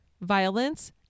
violence